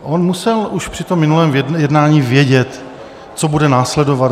On musel už při tom minulém jednání vědět, co bude následovat.